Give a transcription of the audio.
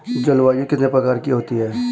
जलवायु कितने प्रकार की होती हैं?